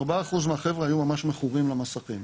4% מהחבר'ה היו ממש מכורים למסכים.